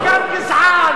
אתה מחוקק חוק גזעני